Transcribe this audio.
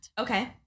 Okay